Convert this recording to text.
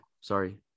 sorry